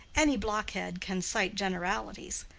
any blockhead can cite generalities,